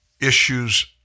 issues